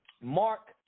Mark